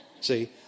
See